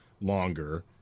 longer